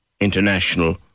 international